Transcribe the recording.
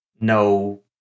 no